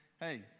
Hey